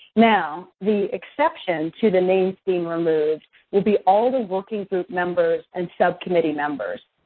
now, the exception to the names being removed will be all the working group members and subcommittee members.